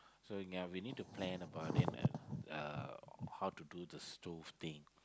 so ya we need to plan about it how to do the stove thing